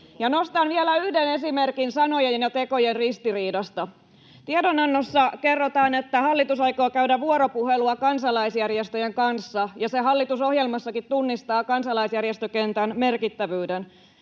Nostan vielä yhden esimerkin sanojen ja tekojen ristiriidasta. Tiedonannossa kerrotaan, että hallitus aikoo käydä vuoropuhelua kansalaisjärjestöjen kanssa, ja se hallitusohjelmassakin tunnistaa kansalaisjärjestökentän merkittävyyden.